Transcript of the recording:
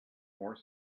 more